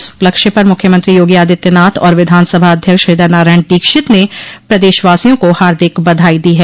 इस उपलक्ष्य पर मुख्यमंत्री योगी आदित्यनाथ और विधानसभा अध्यक्ष हृदय नारायण दीक्षित ने प्रदेशवासियों को हार्दिक बधाई दी है